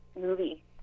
movie